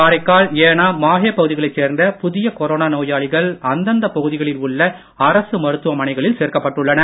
காரைக்கால் ஏனாம் மாஹே பகுதிகளைச் சேர்ந்த புதிய கொரோனா நோயாளிகள் அந்தந்த பகுதிகளில் உள்ள அரசு மருத்துவமனையில் சேர்க்கப்பட்டுள்ளனர்